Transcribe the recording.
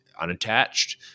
unattached